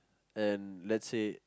and let's say